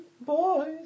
boys